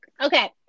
Okay